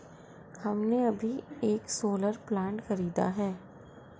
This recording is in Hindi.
हमने अभी एक सोलर प्लांट खरीदा है